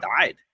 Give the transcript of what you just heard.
died